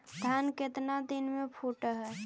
धान केतना दिन में फुट है?